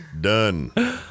Done